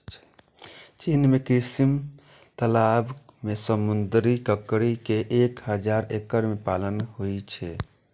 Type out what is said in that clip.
चीन मे कृत्रिम तालाब मे समुद्री ककड़ी के एक हजार एकड़ मे पालन होइ छै